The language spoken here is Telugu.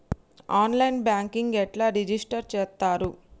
ఆన్ లైన్ బ్యాంకింగ్ ఎట్లా రిజిష్టర్ చేత్తరు?